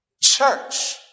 church